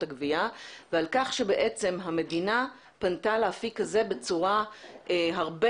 הגבייה ועל כך שבעצם המדינה פנתה לאפיק הזה בצורה הרבה